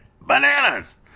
bananas